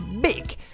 big